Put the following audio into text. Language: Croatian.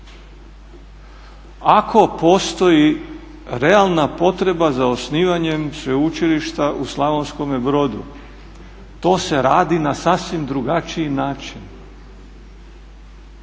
Ako postoji realna potreba za osnivanjem Sveučilišta u Slavonskom Brodu to se radi na sasvim drugačiji način.